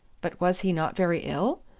but was he not very ill?